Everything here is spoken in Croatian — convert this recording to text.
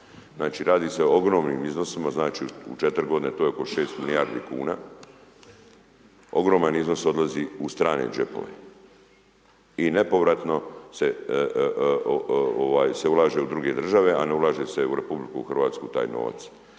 Znači, radi se o ogromnim iznosima, znači, u 4 godine, to je oko 6 milijardi kuna, ogroman iznos odlazi u strane džepove i nepovratno se ulaže u druge države, a ne ulaže se u RH taj novac,